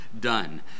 done